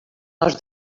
els